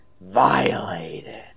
Violated